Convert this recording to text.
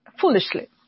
foolishly